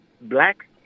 black